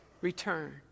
return